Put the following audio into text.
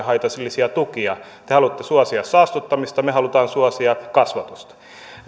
haitallisia tukia te haluatte suosia saastuttamista me haluamme suosia kasvatusta